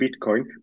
Bitcoin